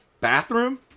bathroom